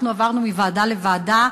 אנחנו עברנו מוועדה לוועדה.